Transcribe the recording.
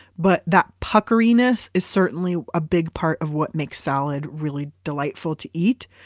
but that puckeriness is certainly a big part of what makes salad really delightful to eat,